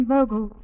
Vogel